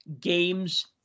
games